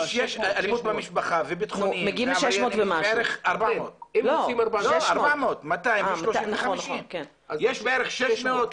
יש אלימות במשפחה וביטחוניים ועבריינים בערך 400. יש בערך 600,